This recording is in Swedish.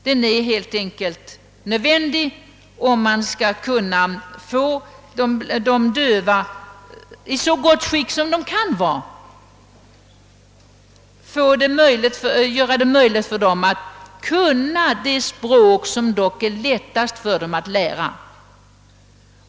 Det är helt enkelt nödvändigt om man vill hjälpa de döva och ge dem ett gott utgångsläge att man ger dem det språk som dock är lättast för dem att lära.